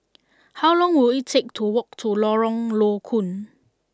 how long will it take to walk to Lorong Low Koon